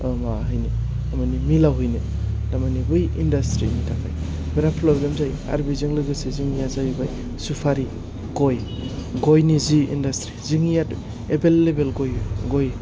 माबाहैनो थारमानि मिलाव हैनो दामानि बै इनदास्थ्रिनि थाखाय बिराद फ्रब्लेम जायो आरो बेजों लोगोले जोंनिया जाहैबाय सुफारि गय गयनि जि इनदास्थ्रि जोंनिया एबेल एबेल गय